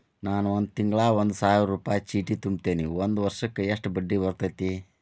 ನಾನು ತಿಂಗಳಾ ಒಂದು ಸಾವಿರ ರೂಪಾಯಿ ಚೇಟಿ ತುಂಬತೇನಿ ಒಂದ್ ವರ್ಷಕ್ ಎಷ್ಟ ಬಡ್ಡಿ ಬರತೈತಿ?